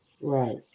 Right